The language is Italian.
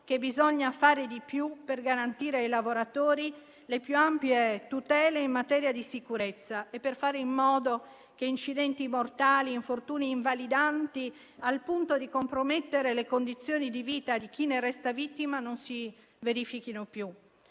che bisogna fare di più per garantire ai lavoratori le più ampie tutele in materia di sicurezza e per fare in modo che incidenti mortali e infortuni invalidanti al punto di compromettere le condizioni di vita di chi ne resta vittima non si verifichino più.